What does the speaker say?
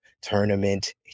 tournament